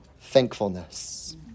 Thankfulness